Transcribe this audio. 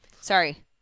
Sorry